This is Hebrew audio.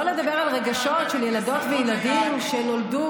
שלא לדבר על רגשות של ילדות וילדים שנולדו